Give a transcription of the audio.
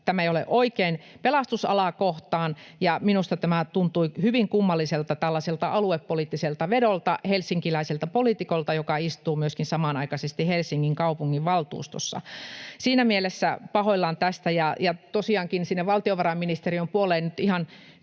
ole oikein pelastusalaa kohtaan, ja minusta tämä tuntui hyvin kummalliselta, tällaiselta aluepoliittiselta vedolta helsinkiläiseltä poliitikolta, joka istuu samanaikaisesti myöskin Helsingin kaupungin valtuustossa. Siinä mielessä olen pahoillani tästä. Ja tosiaankin sinne valtiovarainministeriön puoleen nyt ihan